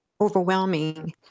overwhelming